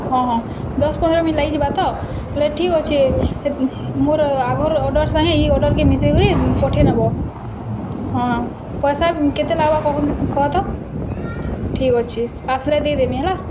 ହଁ ହଁ ଦଶ୍ ପନ୍ଦର୍ ମିନିଟ୍ ଲାଗିଯିବା ତ ବେଲେ ଠିକ୍ ଅଛେ ହେ ମୋର ଆଗର ଅର୍ଡ଼ର୍ ସାଙ୍ଗେ ଏଇ ଅର୍ଡ଼ର୍ କେ ମିଶେଇ କରି ପଠେଇ ନବ ହଁ ପଇସା କେତେ ଲାଗବା କୋହୁନ୍ କହ ତ ଠିକ୍ ଅଛେ ଆସ୍ଲେ ଦେଇଦେମି ହେଲା